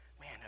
Man